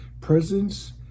presence